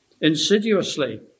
insidiously